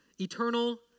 Eternal